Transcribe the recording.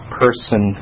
person